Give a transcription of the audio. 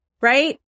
Right